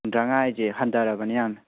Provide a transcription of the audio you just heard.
ꯍꯨꯝꯗ꯭ꯔꯥꯡꯉꯥ ꯍꯥꯏꯁꯦ ꯍꯟꯗꯔꯕꯅꯤ ꯌꯥꯝꯅ